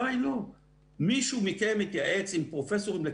מישהו מכם התייעץ עם פרופסורים ישראלים